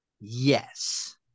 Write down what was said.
Yes